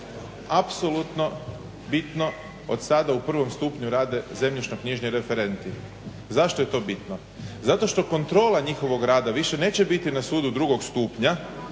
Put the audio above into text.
apsolutno bitno od sada u prvom stupnju rade zemljišno-knjižni referenti. Zašto je to bitno? Zato što kontrola njihovog rada više neće biti na sudu drugog stupnja